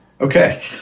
okay